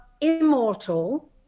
immortal